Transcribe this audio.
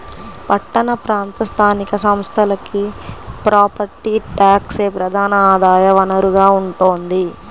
పట్టణ ప్రాంత స్థానిక సంస్థలకి ప్రాపర్టీ ట్యాక్సే ప్రధాన ఆదాయ వనరుగా ఉంటోంది